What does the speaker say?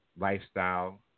lifestyle